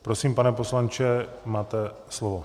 Prosím, pane poslanče, máte slovo.